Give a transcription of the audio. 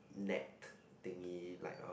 net thingy like